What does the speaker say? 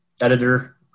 editor